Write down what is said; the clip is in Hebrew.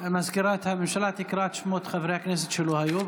מזכירת הכנסת תקרא את שמות חברי הכנסת שלא היו,